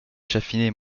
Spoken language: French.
chatfinet